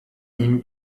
ihm